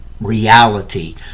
reality